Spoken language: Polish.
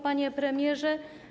Panie Premierze!